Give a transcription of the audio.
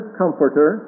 comforter